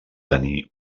tenir